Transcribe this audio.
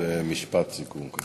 במשפט סיכום.